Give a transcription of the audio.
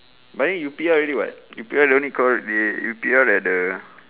by then you P_R already what you P_R don't need come with you you P_R at the